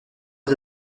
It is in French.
est